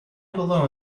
below